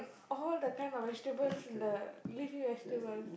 all the kind of vegetables in the leafy vegetable